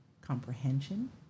comprehension